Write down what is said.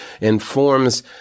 informs